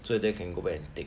so then you can go back and tick